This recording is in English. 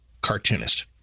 cartoonist